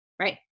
right